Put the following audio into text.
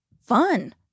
fun